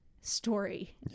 story